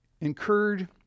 incurred